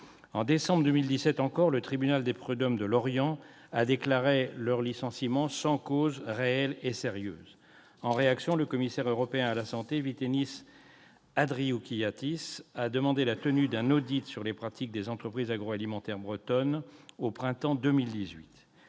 En décembre 2017, encore, le conseil des prud'hommes de Lorient a déclaré leur licenciement sans cause réelle et sérieuse. En réaction, le commissaire européen chargé de la santé et de la sécurité alimentaire, Vytenis Andriukaitis, a demandé la tenue d'un audit sur les pratiques des entreprises agroalimentaires bretonnes au printemps 2018.